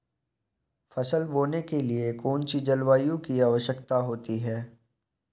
फसल बोने के लिए कौन सी जलवायु की आवश्यकता होती है?